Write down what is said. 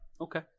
Okay